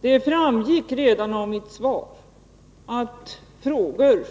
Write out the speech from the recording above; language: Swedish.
Herr talman! Det framgick redan av mitt svar att frågor